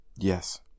Yes